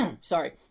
sorry